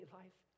life